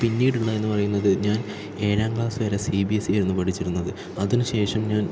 പിന്നീട് ഉള്ളതെന്ന് പറയുന്നത് ഞാൻ ഏഴാം ക്ലാസ് വരെ സി ബി എസ് ഇ ആയിരുന്നു പഠിച്ചിരുന്നത് അതിന് ശേഷം ഞാൻ